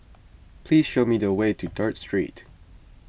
please show me the way to Third Street